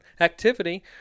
activity